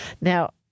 Now